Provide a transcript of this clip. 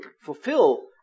fulfill